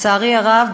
לצערי הרב,